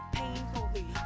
painfully